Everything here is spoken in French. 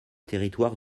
territoire